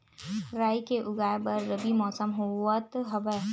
राई के उगाए बर रबी मौसम होवत हवय?